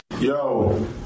Yo